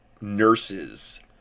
nurses